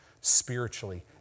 spiritually